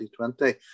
2020